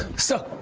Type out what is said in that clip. sir,